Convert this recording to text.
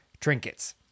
trinkets